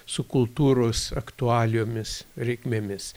su kultūros aktualijomis reikmėmis